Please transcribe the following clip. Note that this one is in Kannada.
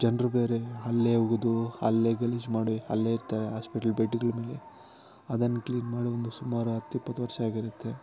ಜನರು ಬೇರೆ ಅಲ್ಲಿಯೇ ಉಗಿದು ಅಲ್ಲಿಯೇ ಗಲೀಜು ಮಾಡಿ ಅಲ್ಲಿಯೇ ಇರ್ತಾರೆ ಆಸ್ಪಿಟ್ಲ್ ಬೆಡ್ಡುಗಳ್ ಮೇಲೆ ಅದನ್ನು ಕ್ಲೀನ್ ಮಾಡಿ ಒಂದು ಸುಮಾರು ಹತ್ತು ಇಪ್ಪತ್ತು ವರ್ಷ ಆಗಿರುತ್ತೆ